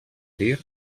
dir